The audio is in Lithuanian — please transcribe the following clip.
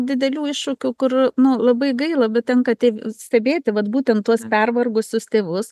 didelių iššūkių kur nu labai gaila bet tenka tiek stebėti vat būtent tuos pervargusius tėvus